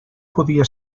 podia